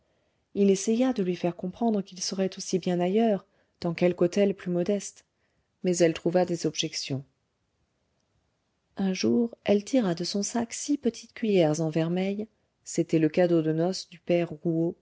il essaya de lui faire comprendre qu'ils seraient aussi bien ailleurs dans quelque hôtel plus modeste mais elle trouva des objections un jour elle tira de son sac six petites cuillers en vermeil